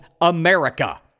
America